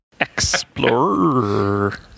Explorer